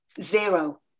Zero